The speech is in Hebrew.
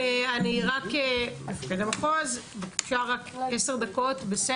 עשר דקות לרשותך.